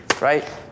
right